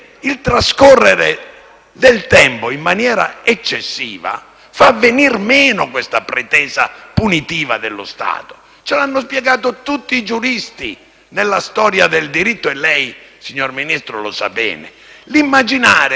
del tempo in maniera eccessiva fa venir meno questa pretesa punitiva dello Stato. Ce lo hanno spiegato tutti i giuristi nella storia del diritto e lei, signor Ministro, lo sa bene. L'immaginare che, dopo il primo grado,